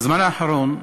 בזמן האחרון,